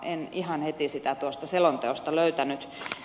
en ihan heti sitä tuosta selonteosta löytänyt